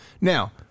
Now